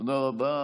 תודה רבה.